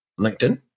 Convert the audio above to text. LinkedIn